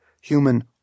human